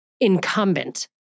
incumbent